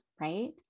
Right